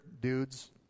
dudes